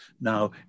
Now